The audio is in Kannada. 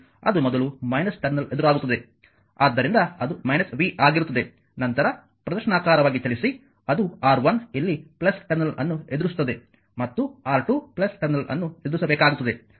ಆದ್ದರಿಂದ ಅದು v ಆಗಿರುತ್ತದೆ ನಂತರ ಪ್ರದಕ್ಷಿಣಾಕಾರವಾಗಿ ಚಲಿಸಿ ಅದು R1 ಇಲ್ಲಿ ಟರ್ಮಿನಲ್ ಅನ್ನು ಎದುರಿಸುತ್ತದೆ ಮತ್ತು R2 ಟರ್ಮಿನಲ್ ಅನ್ನು ಎದುರಿಸಬೇಕಾಗುತ್ತದೆ